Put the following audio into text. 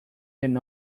than